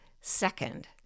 second